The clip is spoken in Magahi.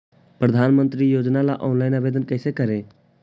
प्रधानमंत्री योजना ला ऑनलाइन आवेदन कैसे करे?